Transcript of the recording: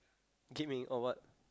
gaming or what